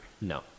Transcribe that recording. No